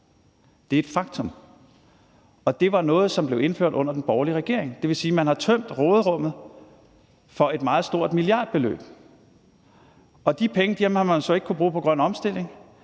Det er et faktum. Og det var noget, som blev indført under den borgerlige regering. Det vil sige, at man har tømt råderummet for et meget stort milliardbeløb, og de penge har man så ikke kunnet bruge på grøn omstilling